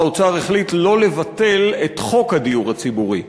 האוצר החליט לא לבטל את חוק הדיור הציבורי,